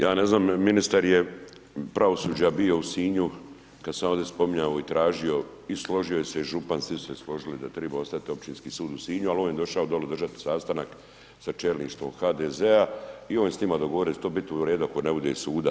Ja ne znam, ministar je pravosuđa bio u Sinju, kada se ovdje spominjao i tražio i složio se je i župan, svi se složili da treba ostati općinski sud u Sinju, ali on je došao, dole držati sastanak sa čelništvom HDZ-a i on je s njima dogovorio da će to biti u redu, ako ne bude suda.